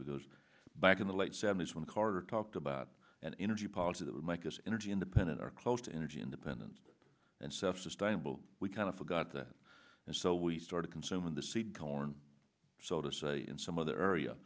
because back in the late seventies when carter talked about an energy policy that would make us energy independent or close to energy independence and self sustainable we kind of forgot that and so we started consuming the seed corn so to say in some other area